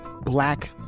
Black